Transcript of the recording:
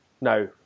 no